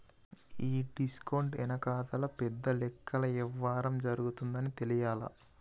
ఈ డిస్కౌంట్ వెనకాతల పెద్ద లెక్కల యవ్వారం జరగతాదని తెలియలా